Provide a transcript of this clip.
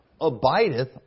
abideth